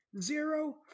Zero